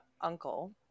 uncle